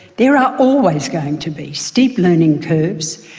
there are always going to be steep learning curves,